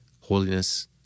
holiness